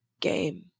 game